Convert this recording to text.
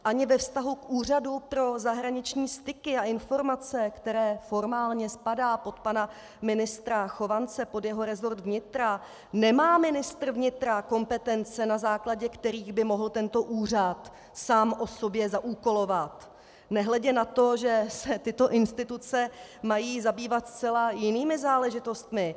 Ani ve vztahu k Úřadu pro zahraniční styky a informace, který formálně spadá pod pana ministra Chovance, pod jeho resort vnitra, nemá ministr vnitra kompetence, na základě kterých by mohl tento úřad sám o sobě zaúkolovat, nehledě na to, že se tyto instituce mají zabývat zcela jinými záležitostmi.